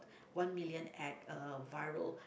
one million act uh viral